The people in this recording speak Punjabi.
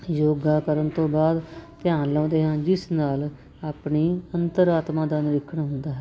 ਯੋਗਾ ਕਰਨ ਤੋਂ ਬਾਅਦ ਧਿਆਨ ਲਾਉਂਦੇ ਹਾਂ ਜਿਸ ਨਾਲ ਆਪਣੀ ਅੰਤਰ ਆਤਮਾ ਦਾ ਨਿਰੀਖਣ ਹੁੰਦਾ ਹੈ